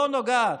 לא נוגעת.